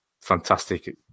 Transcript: fantastic